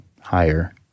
higher